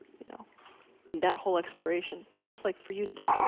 you know and that whole exploration. but that's like for you to do.